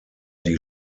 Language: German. die